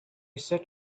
set